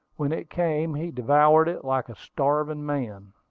when it came, he devoured it like a starving man.